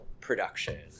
production